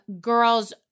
girls